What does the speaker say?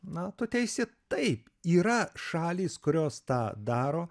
na tu teisi taip yra šalys kurios tą daro